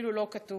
אפילו לא כתוב